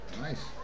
Nice